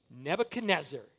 Nebuchadnezzar